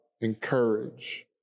encourage